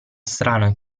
strano